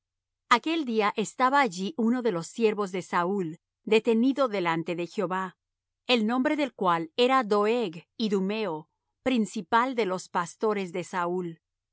aquel día estaba allí uno de los siervos de saúl detenido delante de jehová el nombre del cual era doeg idumeo principal de los pastores de saúl